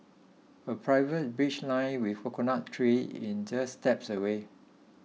a private beach lined with coconut tree in just steps away